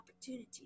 opportunity